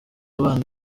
bana